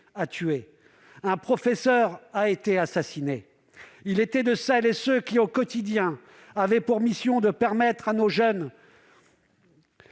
à tuer. Un professeur a été assassiné. Il était de celles et de ceux qui, au quotidien, avaient pour mission de permettre à nos jeunes